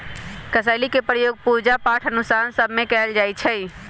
कसेलि के प्रयोग पूजा पाठ अनुष्ठान सभ में सेहो कएल जाइ छइ